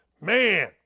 Man